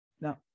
Now